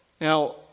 Now